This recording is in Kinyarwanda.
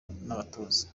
n’abatoza